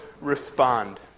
respond